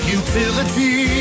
utility